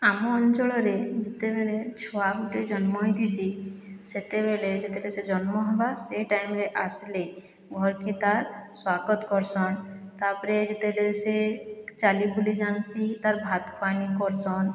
ଆମ ଅଞ୍ଚଳରେ ଯେତେବେଳେ ଛୁଆ ଗୋଟିଏ ଜନ୍ମ ହୋଇଥିସି ସେତେବେଳେ ଯେତେବେଳେ ସେ ଜନ୍ମ ହେବା ସେ ଟାଇମ୍ରେ ଆସିଲେ ଘର୍କେ ତାହାର୍ ସ୍ଵାଗତ କରସନ୍ ତା ପରେ ଯେତେବେଳେ ସେ ଚାଲିବୁଲି ଜାନ୍ସି ତା'ର୍ ଭାତ୍ ପାନି କରସନ୍